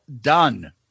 done